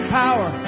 power